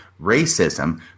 racism